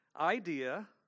idea